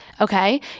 okay